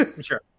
sure